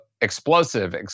explosive